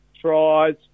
Tries